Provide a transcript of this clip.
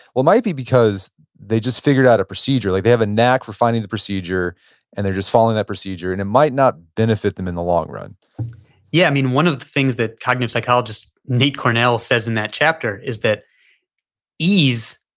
well it might be because they just figured out a procedure. like they have a knack for finding the procedure and they're just following that procedure, and it might not benefit them in the long run yeah one of the things that cognitive psychologists nate cornell says in that chapter is that ease,